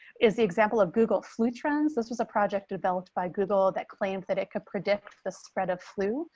is the example of google flu trends, this was a project developed by google that claimed that it could predict the spread of flu,